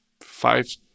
five